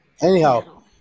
Anyhow